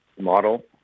model